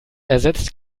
ersetzt